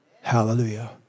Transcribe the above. Hallelujah